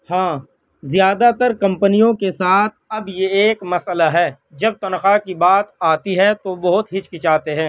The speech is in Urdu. ہاں زیادہ تر کمپنیوں کے ساتھ اب یہ ایک مسئلہ ہے جب تنخواہ کی بات آتی ہے تو بہت ہچکچاتے ہیں